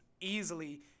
easily